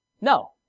No